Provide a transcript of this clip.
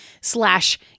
slash